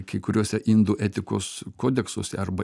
kai kuriuose indų etikos kodeksuose arba